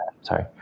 sorry